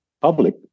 public